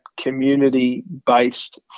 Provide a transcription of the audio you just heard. community-based